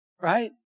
right